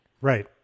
right